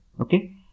Okay